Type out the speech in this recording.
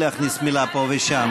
להכניס מילה פה ושם.